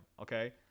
okay